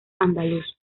andaluz